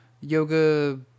yoga